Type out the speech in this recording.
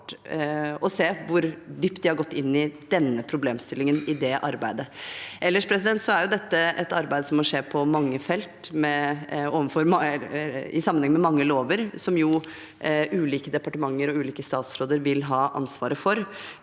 og se hvor dypt de har gått inn i denne problemstillingen i det arbeidet. Ellers er jo dette et arbeid som må skje på mange felt, i sammenheng med mange lover, som ulike departementer og ulike statsråder vil ha ansvaret for.